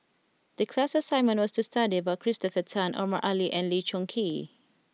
the class assignment was to study about Christopher Tan Omar Ali and Lee Choon Kee